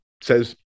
says